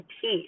peace